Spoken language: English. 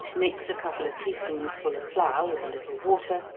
mix a couple of tea-spoonsful of flour with a little water,